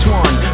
one